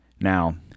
Now